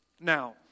Now